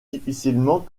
difficilement